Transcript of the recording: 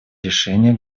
решение